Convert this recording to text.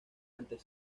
antes